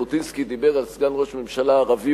כשז'בוטינסקי דיבר על סגן ראש ממשלה ערבי,